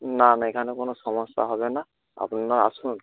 না না এখানে কোনো সমস্যা হবে না আপনারা আসুন